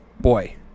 Boy